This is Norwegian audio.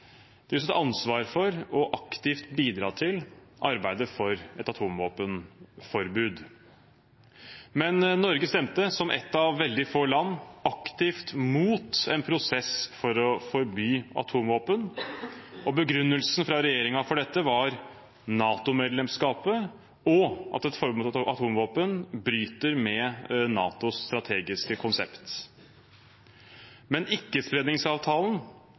ansvar for aktivt å bidra til arbeidet for et atomvåpenforbud. Men Norge stemte, som ett av veldig få land, aktivt mot en prosess for å forby atomvåpen. Begrunnelsen fra regjeringen var NATO-medlemskapet og at et forbud mot atomvåpen bryter med NATOs strategiske konsept. Men ikkespredningsavtalen,